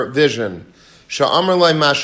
vision